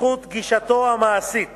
בזכות גישתו המעשית